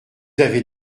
avez